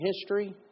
history